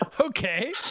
Okay